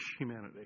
humanity